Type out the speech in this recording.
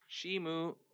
Shimu